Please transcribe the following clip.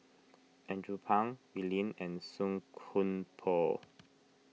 Andrew Phang Wee Lin and Song Koon Poh